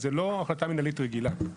זאת לא החלטה מינהלית רגילה.